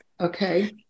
Okay